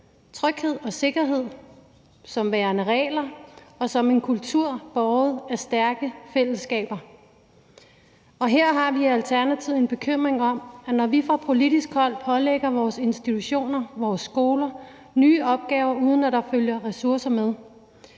tryghed og sikkerhed som værende regler og som en kultur båret af stærke fællesskaber. Her har vi i Alternativet en bekymring om, at vi fra politisk hold pålægger vores institutioner, vores skoler, nye opgaver, uden at der følger ressourcer med.